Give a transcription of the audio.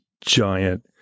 giant